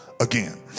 again